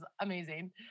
amazing